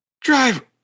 Drive